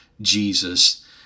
jesus